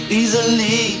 easily